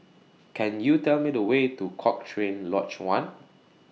Can YOU Tell Me The Way to Cochrane Lodge one